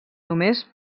només